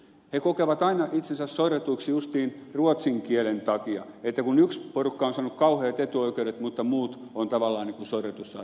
he kokevat aina itsensä sorretuiksi justiin ruotsin kielen takia kun yksi porukka on saanut kauheat etuoikeudet mutta muut ovat tavallaan niin kuin sorretussa asemassa